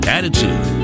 Attitude